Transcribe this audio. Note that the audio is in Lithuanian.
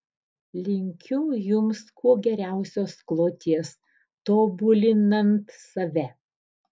linkiu jums kuo geriausios kloties tobulinant save